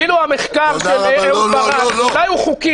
אפילו המחקר של אהוד ברק אולי הוא חוקי